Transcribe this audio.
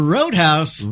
Roadhouse